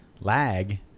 lag